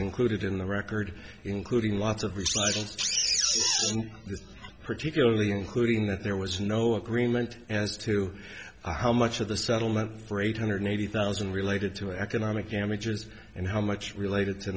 included in the record including lots of resources particularly including that there was no agreement as to how much of the settlement for eight hundred eighty thousand related to economic damages and how much related to